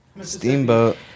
Steamboat